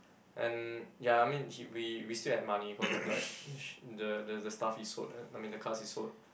and ya I mean he we we still had money cause of like the sh~ the the stuff he sold I mean the cars he sold